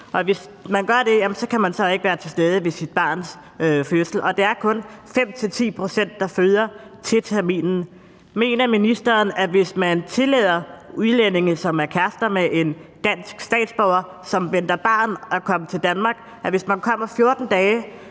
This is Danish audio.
og hvis de gør det, kan man så ikke være til stede ved sit barns fødsel, og det er kun 5-10 pct., der føder til terminen. Mener ministeren, at det, hvis man tillader udlændinge, som er kærester med en dansk statsborger, som venter barn, at komme til Danmark 14 dage